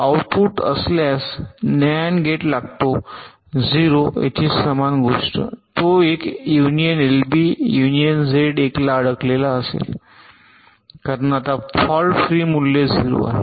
output असल्यास NAND gate लागतो 0 येथे समान गोष्ट तो L union LB union Z 1 ला अडकलेला असेल कारण आता फॉल्ट फ्री मूल्य ० आहे